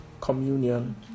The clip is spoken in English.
communion